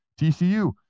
TCU